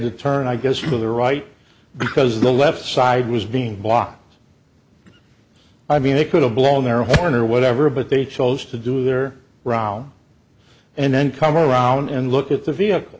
to turn i guess for the right because the left side was being blocked i mean they could have blown their horn or whatever but they chose to do their round and then come around and look at the vehicle